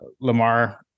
Lamar